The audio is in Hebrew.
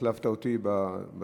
שהחלפת אותי בדברים.